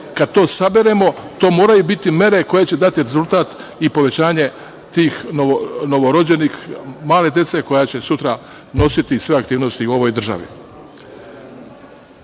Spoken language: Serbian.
Kada to saberemo, to moraju biti mere koje će dati rezultat i povećanje tih novorođenih, male dece koje će sutra nositi sve aktivnosti u ovoj državi. Popisom